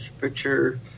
picture